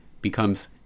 becomes